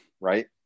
right